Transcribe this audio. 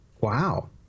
Wow